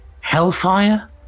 Hellfire